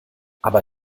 aber